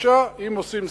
בבקשה, אם עושים סדר,